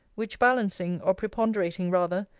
which balancing, or preponderating rather,